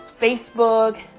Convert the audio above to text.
Facebook